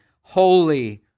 holy